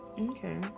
Okay